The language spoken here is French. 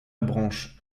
branche